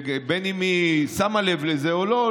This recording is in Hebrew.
בין אם היא שמה לב לזה או לא,